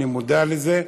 אני מודע לזה.